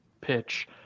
pitch